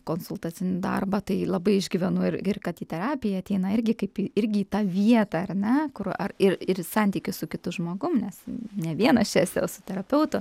konsultacinį darbą tai labai išgyvenu ir ir kad į terapiją ateina irgi kaip į irgi tą vietą ar ne kur ar ir ir į santykius su kitu žmogum nes ne vienas čia su terapeutu